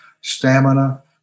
stamina